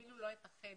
אפילו לא את החדר.